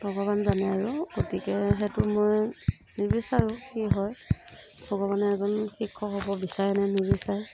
ভগৱানে জানে আৰু গতিকে সেইটো মই নিবিচাৰোঁ কি হয় ভগৱানে এজন শিক্ষক হ'ব বিচাৰে নে নিবিচাৰে